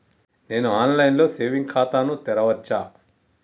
నేను online లో saving ఖాతా ను తెరవచ్చా?